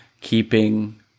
keeping